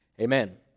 Amen